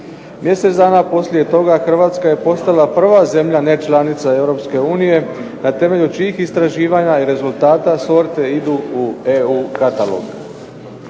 Mjesec dana poslije toga Hrvatska je postala prva zemlja nečlanica EU na temelju čijih rezultata i istraživanja sorte idu u EU katalog.